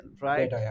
right